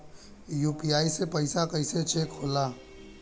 UPI से पैसा कैसे चेक होला?